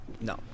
No